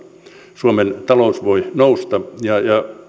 suomen talous voi nousta